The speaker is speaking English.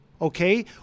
Okay